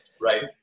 right